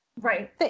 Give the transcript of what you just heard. Right